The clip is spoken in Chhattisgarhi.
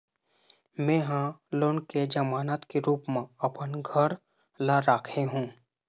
में ह लोन के जमानत के रूप म अपन घर ला राखे हों